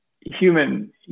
human